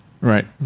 Right